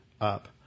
up